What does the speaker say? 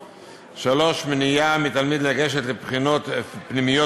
(3) מניעה מתלמיד לגשת לבחינות פנימיות